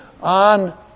on